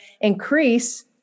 increase